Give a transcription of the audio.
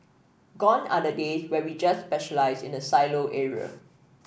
gone are the days where we just specialise in a silo area